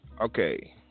Okay